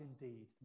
indeed